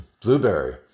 blueberry